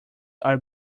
are